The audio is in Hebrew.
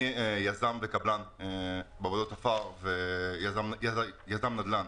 אני יזם וקבלן עבודות עפר ויזם נדל"ן.